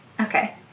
Okay